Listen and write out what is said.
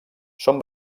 són